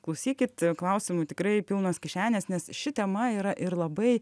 klausykit klausimų tikrai pilnos kišenės nes ši tema yra ir labai